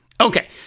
Okay